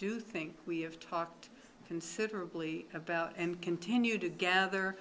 do think we have talked considerably about and continue to gather